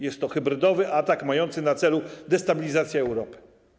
Jest to hybrydowy atak mający na celu destabilizację Europy.